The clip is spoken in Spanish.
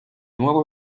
nuevo